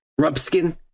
Rubskin